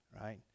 right